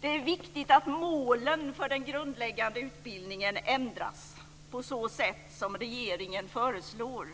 Det är viktigt att målen för den grundläggande utbildningen ändras på så sätt som regeringen föreslår